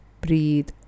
Breathe